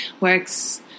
works